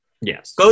Yes